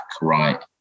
right